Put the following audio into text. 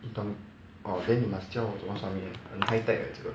你懂 orh then 你 must 教我怎么 submit 很 high tech leh 这个